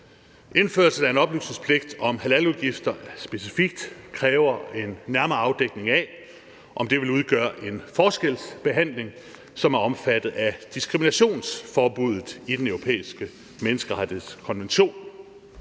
Indførelse af en oplysningspligt om halaludgifter specifikt kræver en nærmere afdækning af, om det vil udgøre en forskelsbehandling, som er omfattet af diskriminationsforbuddet i den europæiske menneskerettighedskonvention.